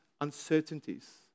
uncertainties